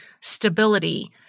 stability